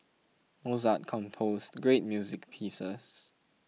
Mozart composed great music pieces